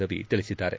ರವಿ ತಿಳಿಸಿದ್ದಾರೆ